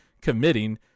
committing